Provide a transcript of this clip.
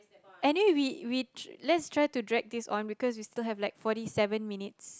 any we we let's try to drag this on because we still have like forty seven minutes